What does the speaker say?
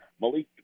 Malik